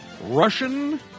Russian